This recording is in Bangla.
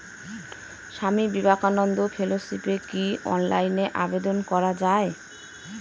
স্বামী বিবেকানন্দ ফেলোশিপে কি অনলাইনে আবেদন করা য়ায়?